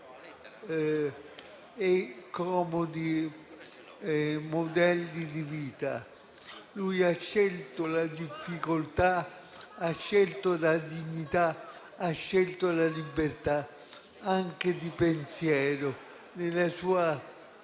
e comodi modelli di vita. Lui ha scelto la difficoltà, la dignità, la libertà anche di pensiero, nella sua